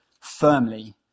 firmly